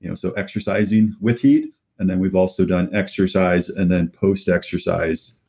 you know so exercising with heat and then we've also done exercise and then post exercise,